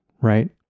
right